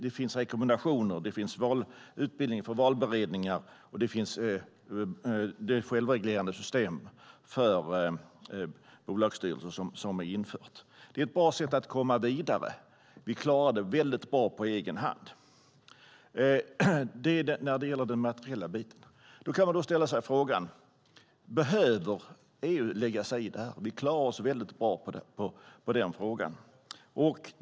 Det finns rekommendationer, det finns utbildning för valberedningar och det har införts ett självreglerande system för bolagsstyrelser. Det är ett bra sätt att komma vidare. Vi klarar det väldigt bra på egen hand. Detta var det som gäller den materiella biten. Då kan man ställa sig frågan om EU behöver lägga sig i det här när vi klarar oss väldigt bra i den frågan.